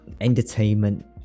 entertainment